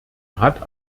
hat